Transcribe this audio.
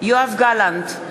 יואב גלנט,